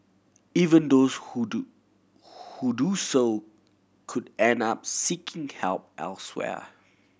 even those who do who do so could end up seeking help elsewhere